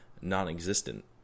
non-existent